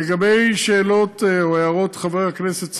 לגבי שאלות או הערות חבר הכנסת סעדי,